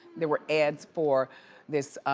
there were ads for this